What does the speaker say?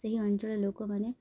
ସେହି ଅଞ୍ଚଳ ଲୋକମାନେ